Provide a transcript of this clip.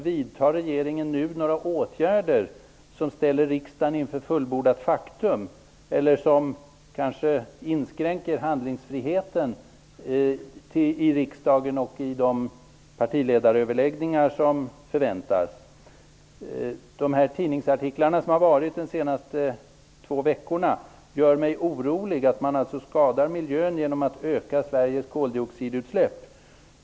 Vidtar regeringen nu några åtgärder som ställer riksdagen inför fullbordat faktum och som kanske inskränker handlingsfriheten i riksdagen och de partiöverläggningar som förväntas? Tidningsartiklarna under de senaste två veckorna gör mig orolig att man skadar miljön genom att öka Sveriges koldioxidutsläpp.